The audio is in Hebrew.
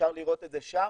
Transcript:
אפשר לראות את זה שם,